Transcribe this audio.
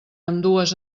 ambdues